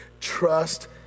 trust